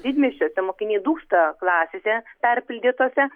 didmiesčiuose mokiniai dūsta klasėse perpildytose